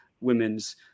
women's